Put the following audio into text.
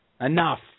enough